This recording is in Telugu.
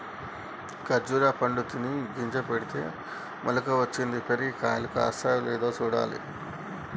ఖర్జురా పండు తిని గింజ పెడితే మొలక వచ్చింది, పెరిగి కాయలు కాస్తాయో లేదో చూడాలి